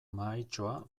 mahaitxoa